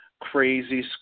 crazy